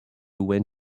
when